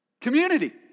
Community